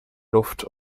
luft